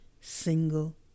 single